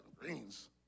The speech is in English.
greens